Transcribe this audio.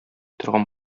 торган